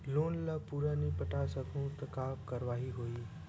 Loan ला पूरा नई पटा सकहुं का कारवाही होही?